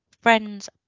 friends